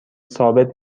ثابت